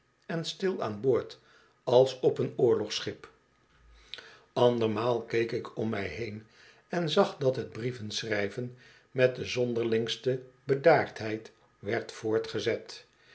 en stil aan boord als op een oorlogsschip andermaal keek ik om mij heen en zag dat het brieven schrijven met de zonderlingste bedaardheid werd voortgezet